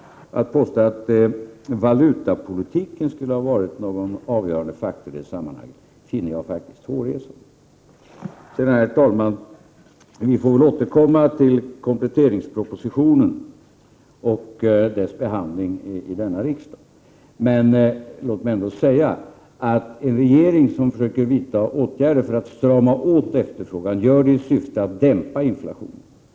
Att påstå att valutapolitiken skulle ha varit någon avgörande faktor i sammanhanget finner jag faktiskt hårresande. Herr talman! Vi får väl återkomma till kompletteringspropositionen och dess behandling i denna riksdag. Låt mig ändå säga att en regering som försöker vidta åtgärder för att strama åt efterfrågan gör detta i syfte att dämpa inflationen.